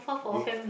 you